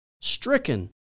stricken